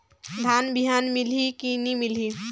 धान बिहान मिलही की नी मिलही?